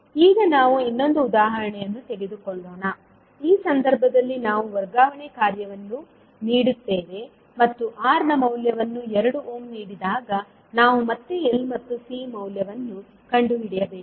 ಈಗ ನಾವು ಇನ್ನೊಂದು ಉದಾಹರಣೆಯನ್ನು ತೆಗೆದುಕೊಳ್ಳೋಣ ಈ ಸಂದರ್ಭದಲ್ಲಿ ನಾವು ವರ್ಗಾವಣೆ ಕಾರ್ಯವನ್ನು ನೀಡುತ್ತೇವೆ ಮತ್ತು R ನ ಮೌಲ್ಯವನ್ನು 2 ಓಮ್ ನೀಡಿದಾಗ ನಾವು ಮತ್ತೆ L ಮತ್ತು C ಮೌಲ್ಯವನ್ನು ಕಂಡುಹಿಡಿಯಬೇಕು